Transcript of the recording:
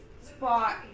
spot